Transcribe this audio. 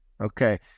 Okay